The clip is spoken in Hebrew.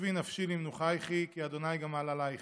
"שובי נפשי למנוחׇיכי כי ה' גמל עלׇיכי.